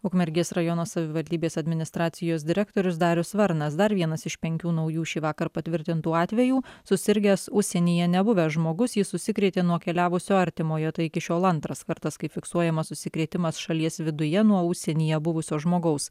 ukmergės rajono savivaldybės administracijos direktorius darius varnas dar vienas iš penkių naujų šįvakar patvirtintų atvejų susirgęs užsienyje nebuvęs žmogus jis užsikrėtė nuo keliavusio artimojo tai iki šiol antras kartas kai fiksuojamas užsikrėtimas šalies viduje nuo užsienyje buvusio žmogaus